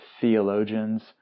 theologians